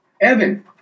Evan